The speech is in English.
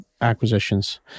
acquisitions